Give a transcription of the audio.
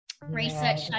research